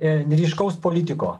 ryškaus politiko